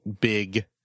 big